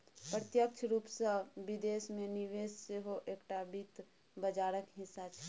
प्रत्यक्ष रूपसँ विदेश मे निवेश सेहो एकटा वित्त बाजारक हिस्सा छै